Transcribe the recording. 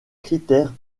critères